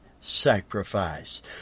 sacrifice